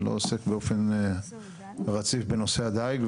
אני לא עוסק באופן רציף בנושא הדייג,